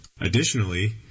Additionally